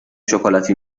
شکلاتی